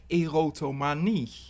erotomanie